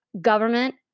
government